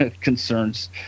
concerns